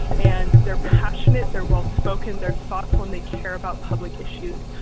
and they are passionate, they are well spoken, they are thoughtful and they care about public issues.